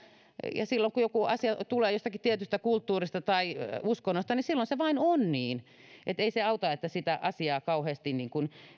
ja silloin kun asia tulee jostakin tietystä kulttuurista tai uskonnosta niin silloin se vain on niin ei se auta että sitä asiaa kauheasti